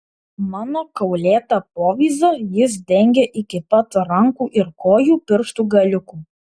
mano kaulėtą povyzą jis dengė iki pat rankų ir kojų pirštų galiukų